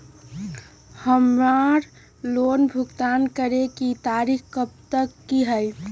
हमार लोन भुगतान करे के तारीख कब तक के हई?